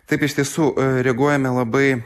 taip iš tiesų reaguojame labai